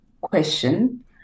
question